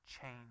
change